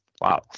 Wow